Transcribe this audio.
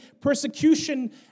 persecution